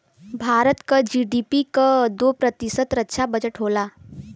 भारत क जी.डी.पी क दो प्रतिशत रक्षा बजट होला